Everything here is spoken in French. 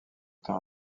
temps